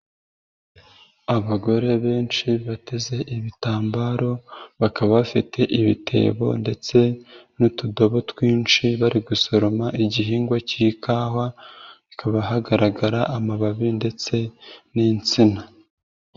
Abagore benshi bateze ibitambaro, bakaba bafite ibitebo ndetse n'utudobo twinshi bari gusoroma igihingwa cy'ikawa, hakaba hagaragara amababi ndetse n'insina.